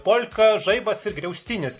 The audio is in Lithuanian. polka žaibas ir griaustinis